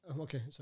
Okay